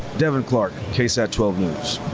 deven clarke ksat twelve news.